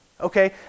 okay